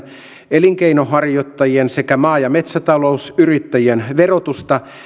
elinkeinonharjoittajien sekä maa ja metsätalousyrittäjien verotusta